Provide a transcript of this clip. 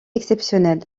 exceptionnel